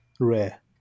rare